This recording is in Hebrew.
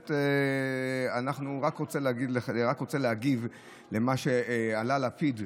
אני רק רוצה להגיב על מה שהעלה לפיד,